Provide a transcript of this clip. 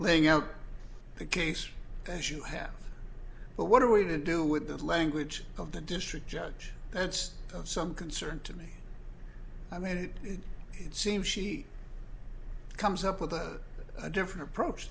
laying out the case as you have but what are we to do with that language of the district judge that's of some concern to me i mean it seems she comes up with a different approach